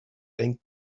bank